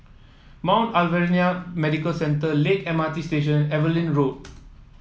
Mount Alvernia Medical Centre Lakeside M R T Station Evelyn Road